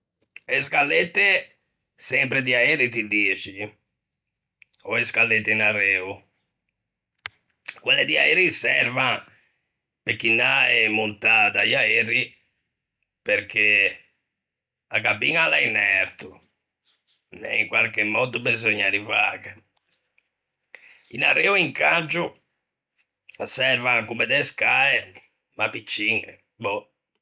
E scalette sempre di aeri, ti dixi? Ò e scalette in areo? Quelle di aeri servan pe chinâ e montâ da-i aeri, perché a gabiña a l'é in erto, e in quarche mòddo beseugna arrivâghe; in areo incangio servan comme de scae, ma picciñe, boh.